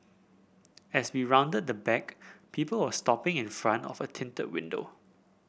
as we rounded the back people were stopping in front of a tinted window